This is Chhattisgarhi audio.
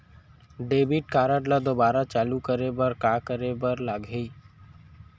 डेबिट कारड ला दोबारा चालू करे बर का करे बर लागही?